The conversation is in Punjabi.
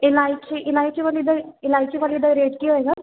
ਇਲਾਇਚੀ ਇਲਾਇਚੀ ਵਾਲੇ ਦਾ ਰੇ ਇਲਾਇਚੀ ਵਾਲੇ ਦਾ ਰੇਟ ਕੀ ਹੋਏਗਾ